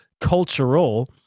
cultural